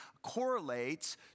correlates